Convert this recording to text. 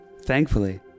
thankfully